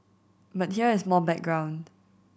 but here is more background